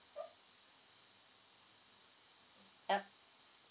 yup